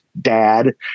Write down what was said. dad